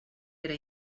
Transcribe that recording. era